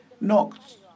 knocked